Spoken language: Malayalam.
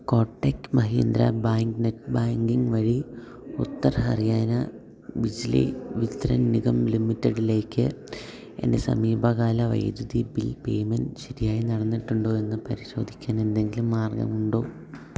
Kotak Mahindra bank net banking വഴി ഉത്തർ ഹറിയാന ബിജ്ലി വിതരണ് നിഗം ലിമിറ്റഡിലേക്ക് എൻ്റെ സമീപകാല വൈദ്യുതി ബിൽ പേയ്മെൻ്റ് ശരിയായി നടന്നിട്ടുണ്ടോ എന്നു പരിശോധിക്കാനെന്തെങ്കിലും മാർഗമുണ്ടോ